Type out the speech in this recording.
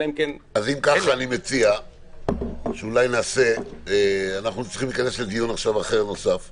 אם כך, אנחנו צריכים להיכנס לדיון אחר נוסף עכשיו,